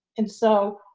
and so,